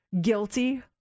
guilty